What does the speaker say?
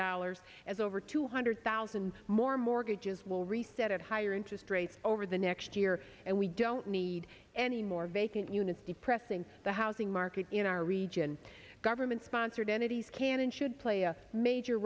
dollars as over two hundred thousand more mortgages will reset at higher interest rates over the next year and we don't need any more vacant units depressing the housing market in our region government sponsored entities can and should play a major